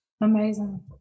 Amazing